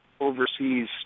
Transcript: overseas